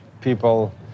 people